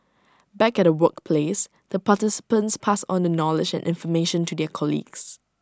back at the workplace the participants pass on the knowledge and information to their colleagues